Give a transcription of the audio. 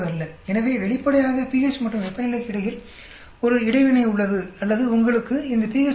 எனவே வெளிப்படையாக pH மற்றும் வெப்பநிலைக்கு இடையில் ஒரு இடைவினை உள்ளது அல்லது உங்களுக்கு இந்த pH 3